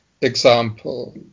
example